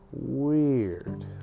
weird